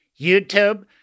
YouTube